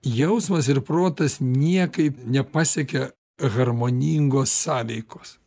jausmas ir protas niekaip nepasiekia harmoningos sąveikos